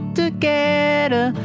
together